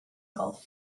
gulf